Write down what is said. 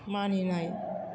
मानिनाय